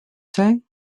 say